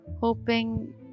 hoping